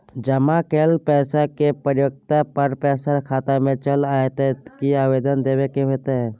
जमा कैल पैसा के परिपक्वता पर पैसा खाता में चल अयतै की आवेदन देबे के होतै?